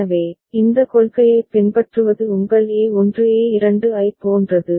எனவே இந்த கொள்கையைப் பின்பற்றுவது உங்கள் a1 a2 ஐப் போன்றது